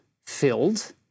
filled